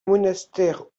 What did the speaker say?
monastère